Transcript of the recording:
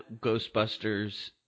ghostbusters